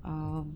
um